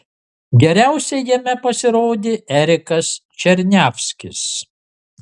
geriausiai jame pasirodė erikas černiavskis